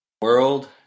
World